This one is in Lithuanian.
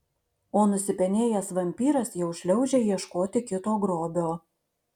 o nusipenėjęs vampyras jau šliaužia ieškoti kito grobio